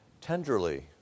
Tenderly